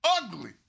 ugly